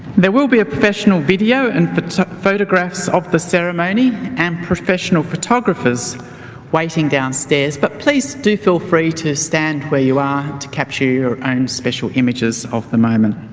there will be a professional video and but ah photographs of the ceremony and professional photographers waiting downstairs but please do feel free to stand where you are to capture your own special images of the moment.